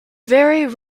very